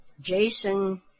Jason